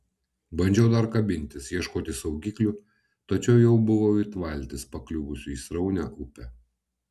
bandžiau dar kabintis ieškoti saugiklių tačiau jau buvau it valtis pakliuvusi į sraunią upę